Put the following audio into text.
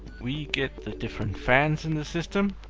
we get the different fans in the system.